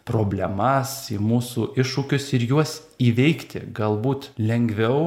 problemas į mūsų iššūkius ir juos įveikti galbūt lengviau